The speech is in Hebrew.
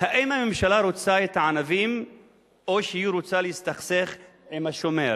האם הממשלה רוצה את הענבים או שהיא רוצה להסתכסך עם השומר?